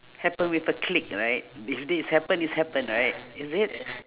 happen with a click right if this is happen is happen right is it